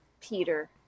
Peter